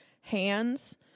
hands